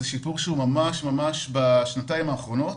זה שיפור שהוא ממש בשנתיים האחרונות